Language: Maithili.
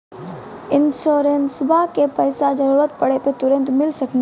इंश्योरेंसबा के पैसा जरूरत पड़े पे तुरंत मिल सकनी?